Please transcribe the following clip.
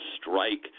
strike